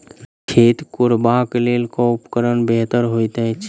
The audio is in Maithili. खेत कोरबाक लेल केँ उपकरण बेहतर होइत अछि?